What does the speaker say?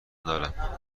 دارم